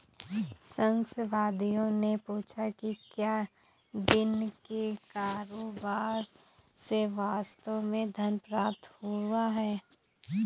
संशयवादियों ने पूछा कि क्या दिन के कारोबार से वास्तव में धन प्राप्त हुआ है